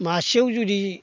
मासेयाव जुदि